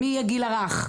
מהגיל הרך,